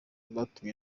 batumye